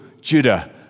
Judah